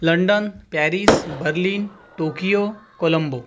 London Paris Berlin Tokyo Colombo